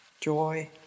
Joy